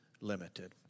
limited